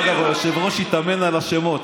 דרך אגב, היושב-ראש התאמן על השמות.